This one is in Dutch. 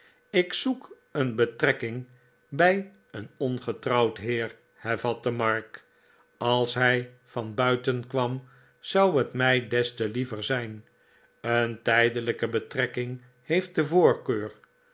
ik zoek een betrekking bij een ongetrouwd heer hervatte mark als hij van buiten kwam zou net mij des te liever zijn een tijdelijke betrekking heeft de